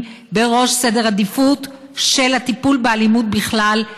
בראש סדר העדיפויות של הטיפול באלימות בכלל,